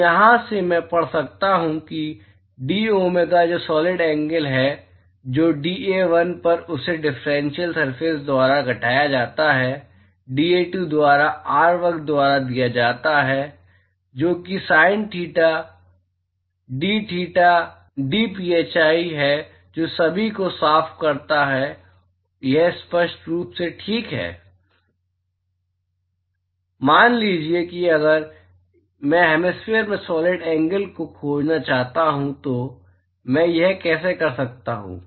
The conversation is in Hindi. तो यहाँ से मैं पढ़ सकता हूँ कि d ओमेगा जो सॉलिड एंगल है जो dA1 पर उस डिफरेंशियल सरफेस द्वारा घटाया जाता है dA2 द्वारा r वर्ग द्वारा दिया जाता है जो कि sin theta dtheta d phi है जो सभी को साफ़ करता है हाँ यह बहुत स्पष्ट रूप से ठीक है मान लीजिए कि अगर मैं हेमिस्फेयर के सॉलिड एंगल को खोजना चाहता हूं तो मैं यह कैसे कर सकता हूं